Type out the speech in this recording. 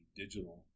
digital